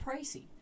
pricey